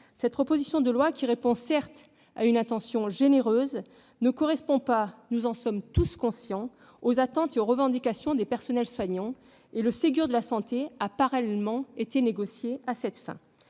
cette proposition de loi, qui répond certes à une intention généreuse, ne correspond pas- nous en sommes tous conscients -aux attentes et aux revendications des personnels soignants ; le Ségur de la santé a d'ailleurs parallèlement été négocié à cette fin.